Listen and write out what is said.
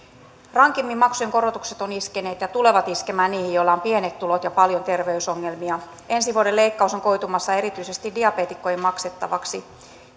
rankimmin maksujen korotukset ovat iskeneet ja tulevat iskemään niihin joilla on pienet tulot ja paljon terveysongelmia ensi vuoden leikkaus on koitumassa erityisesti diabeetikkojen maksettavaksi